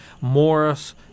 Morris